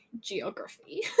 geography